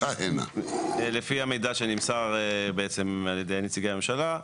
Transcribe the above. לפי המידע שנמסר בעצם על ידי נציגי הממשלה,